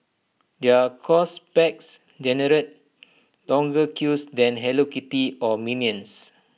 their course packs generate longer queues than hello kitty or minions